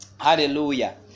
Hallelujah